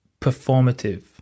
performative